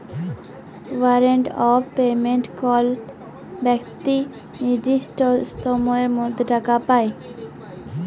warrant of payment কল বেক্তি লির্দিষ্ট সময়ের মধ্যে টাকা পায়